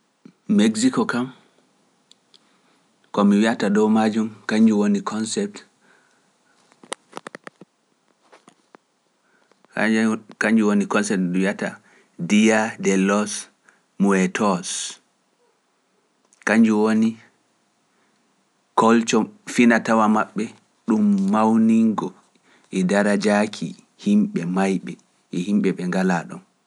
Meksiko kam, ko mi wi’ata ɗo maajum, kañnju woni concept ndu wi’ata Dia de los muetos, kañnju woni kolcom finatawa maɓɓe ɗum mawningo e darajaaki yimɓe mayɓe e yimɓe ɓe ngalaa ɗo.